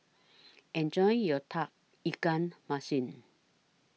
Enjoy your Tauge Ikan Masin